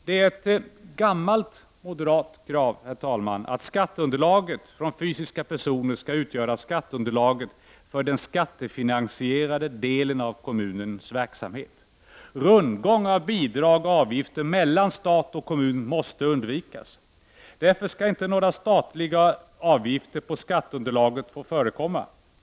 Det är ett gammalt moderat krav, herr talman, att skatteunderlaget för fysiska personer skall utgöra skatteunderlaget för den skattefinansierade delen av kommunens verksamhet. Rundgång av bidrag och avgifter mellan stat och kommun måste undvikas. Därför skall inte några statliga avgifter på skatteunderlaget få förekomma.